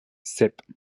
sep